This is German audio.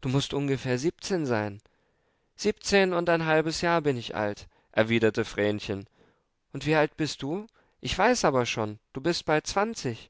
du mußt ungefähr siebzehn sein siebzehn und ein halbes jahr bin ich alt erwiderte vrenchen und wie alt bist du ich weiß aber schon du bist bald zwanzig